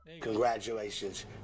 Congratulations